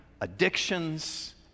addictions